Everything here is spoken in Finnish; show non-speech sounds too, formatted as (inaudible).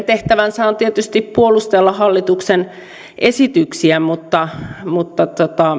(unintelligible) tehtävä on tietysti puolustella hallituksen esityksiä mutta mutta